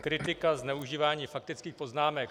Kritika zneužívání faktických poznámek.